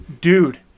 dude